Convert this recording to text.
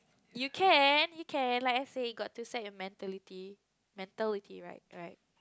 you can you can like I say got this side mentality mentality right right